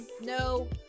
No